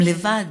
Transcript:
הם לבד.